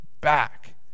back